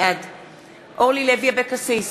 בעד אורלי לוי אבקסיס,